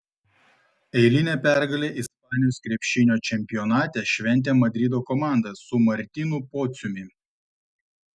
eilinę pergalę ispanijos krepšinio čempionate šventė madrido komanda su martynu pociumi